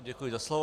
Děkuji za slovo.